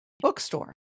bookstore